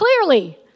Clearly